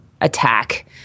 attack